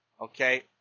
Okay